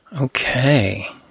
Okay